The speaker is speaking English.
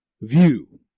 view